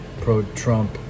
pro-Trump